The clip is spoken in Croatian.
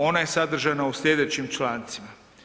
Ona je sadržana u sljedećim člancima.